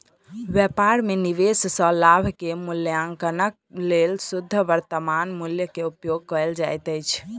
व्यापार में निवेश सॅ लाभ के मूल्याङकनक लेल शुद्ध वर्त्तमान मूल्य के उपयोग कयल जाइत अछि